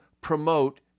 promote